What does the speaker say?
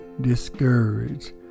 discouraged